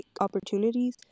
opportunities